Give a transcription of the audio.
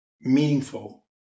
meaningful